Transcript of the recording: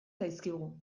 zaizkigu